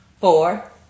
four